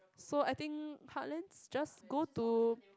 so I think heartlands just go to